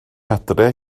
adre